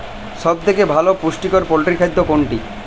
সব থেকে ভালো পুষ্টিকর পোল্ট্রী খাদ্য কোনটি?